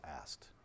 asked